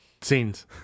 scenes